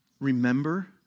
Remember